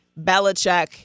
Belichick